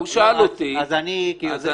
הוא שאל אותי אז אמרתי...